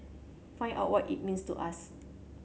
find out what it means to us